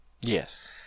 Yes